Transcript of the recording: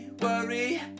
worry